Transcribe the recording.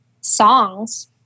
songs